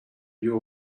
your